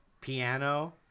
piano